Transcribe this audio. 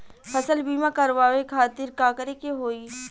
फसल बीमा करवाए खातिर का करे के होई?